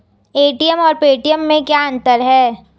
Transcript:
ATM और Paytm में क्या अंतर है?